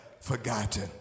forgotten